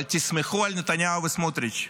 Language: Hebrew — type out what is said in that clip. אבל תסמכו על נתניהו וסמוטריץ'